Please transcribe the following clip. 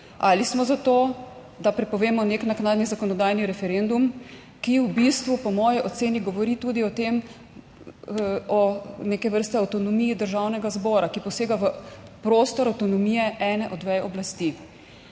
ali smo za to, da prepovemo nek naknadni zakonodajni referendum, ki v bistvu, po moji oceni, govori tudi o neke vrste avtonomiji Državnega zbora, ki posega v prostor avtonomije ene od vej oblasti.